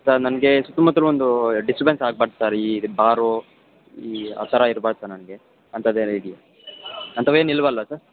sir ನನಗೆ ಸುತ್ತಮುತ್ತಲು ಒಂದು ಡಿಸ್ಟಬೆನ್ಸ್ ಆಗ್ಬಾರ್ದು ಸರ್ ಈ ಬಾರು ಈ ಆ ಥರ ಇರ್ಬಾರ್ದು ಸರ್ ನನಗೆ ಅಂಥದ್ದೇನು ಇದೆಯಾ ಅಂಥವೇನು ಇಲ್ಲವಲ್ಲಾ ಸರ್